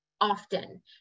often